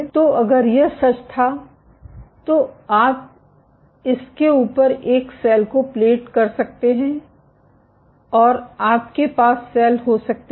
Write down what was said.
तो अगर यह सच था तो आप इस के ऊपर एक सेल को प्लेट कर सकते हैं और आपके पास सेल हो सकते हैं